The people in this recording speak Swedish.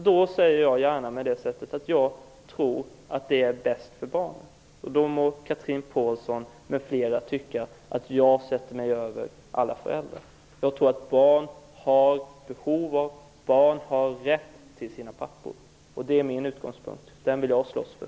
Då säger jag gärna att jag tror att det är bäst för barnen. Cathrine Pålsson m.fl. må tycka att jag sätter mig över alla föräldrar. Jag tror att barn har behov av och barn har rätt till sina pappor. Det är min utgångspunkt. Den vill jag slåss för.